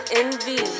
envy